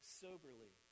soberly